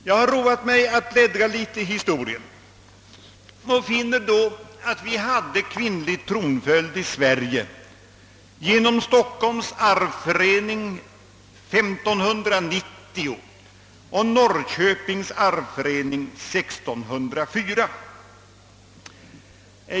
Jag har roat mig med att bläddra litet i historien och finner att vi hade kvinnlig tronföljd i Sverige genom Stockholms arvförening 1590 och Norrköpings arvförening 1604.